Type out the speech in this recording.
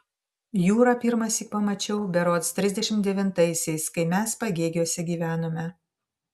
jūrą pirmąsyk pamačiau berods trisdešimt devintaisiais kai mes pagėgiuose gyvenome